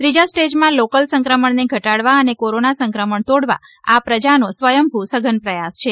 ત્રીજા સ્ટેજમાં લોકલ સંક્રમણને ઘટાડવા અને કોરોના સંક્રમણ તોડવા આ પ્રજાનો સ્વયંભૂ સઘન પ્રથાસ છે